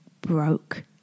broke